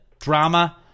drama –